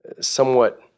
somewhat